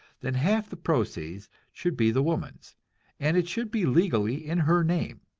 then half the proceeds should be the woman's and it should be legally in her name,